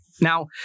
Now